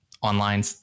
online